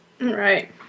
Right